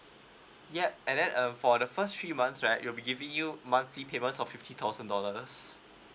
yup and then um for the first three months right we'll be giving you monthly payments of fifty thousand dollars